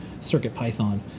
CircuitPython